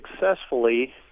successfully